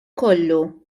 kollu